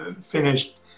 finished